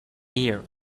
year